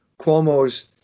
Cuomo's